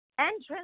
entrance